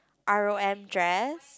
R_O_M dress